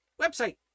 website